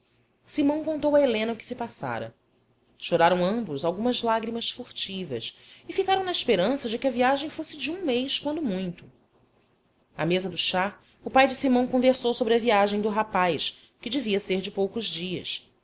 simão contou a helena o que se passara choraram ambos algumas lágrimas furtivas e ficaram na esperança de que a viagem fosse de um mês quando muito à mesa do chá o pai de simão conversou sobre a viagem do rapaz que devia ser de poucos dias